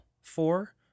four